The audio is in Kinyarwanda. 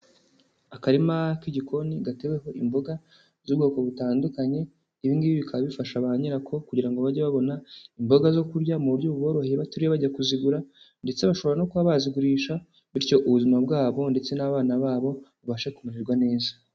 Akarima k'igikoni gateweho imboga z'ubwoko butandukanye, ibi ngibi bikaba bifasha ba nyirako kugira ngo bajye babona imboga zo kurya mu buryo buboroheye batiriwe bajya kuzigura, ndetse bashobora no kuba bazigurisha; bityo ubuzima bwabo ndetse n'abana babo bubashe kumererwa neza.